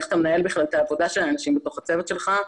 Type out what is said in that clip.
איך אתה מנהל בכלל את העבודה של האנשים בתוך הצוות שלך.